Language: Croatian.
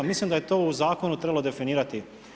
Mislim da je to u zakonu trebalo definirati.